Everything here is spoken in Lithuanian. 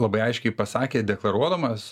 labai aiškiai pasakė deklaruodamas